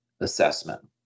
assessment